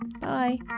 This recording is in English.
Bye